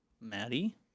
Maddie